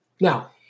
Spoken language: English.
Now